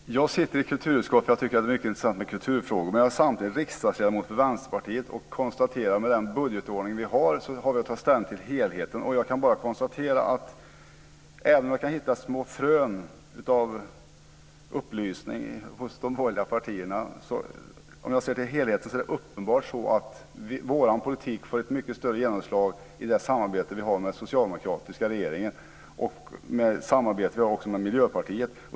Herr talman! Jag sitter i kulturutskottet därför att jag tycker att det är mycket intressant med kulturfrågor. Men jag är samtidigt riksdagsledamot för Vänsterpartiet och konstaterar att med den budgetordning som vi har har vi att ta ställning till helheten. Och jag kan bara konstatera att även om jag kan hitta små frön av upplysning hos de borgerliga partierna, så är det uppenbart så att om jag ser till helheten så får vår politik ett mycket större genomslag i det samarbete som vi har med den socialdemokratiska regeringen och med Miljöpartiet.